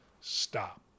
stop